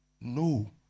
No